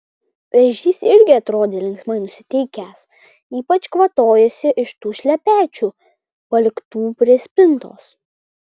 ežys irgi atrodė linksmai nusiteikęs ypač kvatojosi iš tų šlepečių paliktų prie spintos